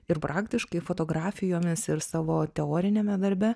ir praktiškai fotografijomis ir savo teoriniame darbe